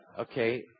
Okay